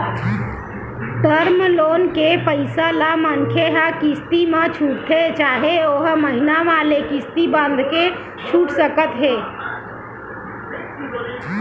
term loan के पइसा ल मनखे ह किस्ती म छूटथे चाहे ओहा महिना वाले किस्ती बंधाके छूट सकत हे